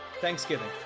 Thanksgiving